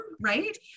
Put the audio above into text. right